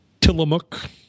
Tillamook